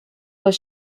was